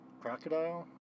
crocodile